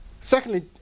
Secondly